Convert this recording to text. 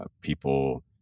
people